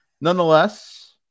nonetheless